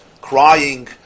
crying